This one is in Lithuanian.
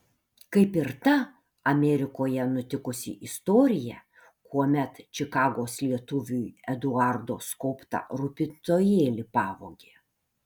kaip ir ta amerikoje nutikusi istorija kuomet čikagos lietuviui eduardo skobtą rūpintojėlį pavogė